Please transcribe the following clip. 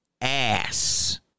ass